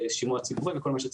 עם שימוע ציבורי וכל מה שצריך.